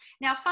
Now